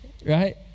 right